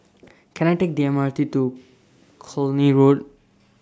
Can I Take The M R T to Cluny Road